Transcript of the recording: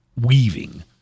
weaving